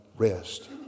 Rest